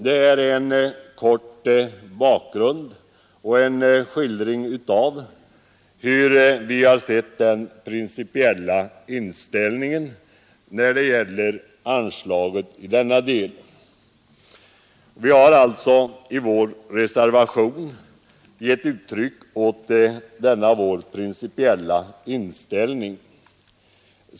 Detta var en kort skildring av vår principiella inställning till anslaget i denna del. Vi har i vår reservation givit uttryck åt denna vår principiella inställning.